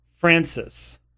Francis